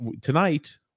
tonight